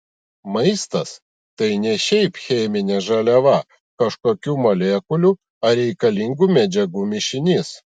maistas tai ne šiaip cheminė žaliava kažkokių molekulių ar reikalingų medžiagų mišinys